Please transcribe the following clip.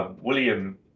William